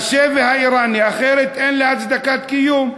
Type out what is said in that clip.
אחרת אין לי הצדקת קיום.